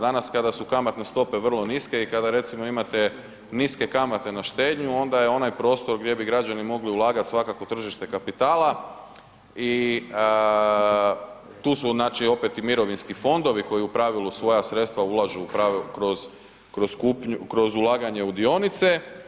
Danas kada su kamatne stope vrlo niske i kada recimo imate niske kamate na štednju onda je onaj prostor gdje bi građani mogli ulagati svakako tržište kapitala i tu su opet mirovinski fondovi koji u pravilu svoja sredstva ulažu kroz ulaganje u dionice.